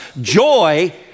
Joy